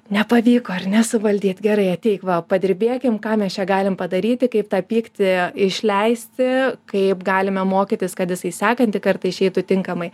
nepavyko ar nesuvaldyt gerai ateik va padirbėkim ką mes čia galim padaryti kaip tą pyktį išleisti kaip galime mokytis kad jisai sekantį kartą išeitų tinkamai